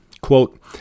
Quote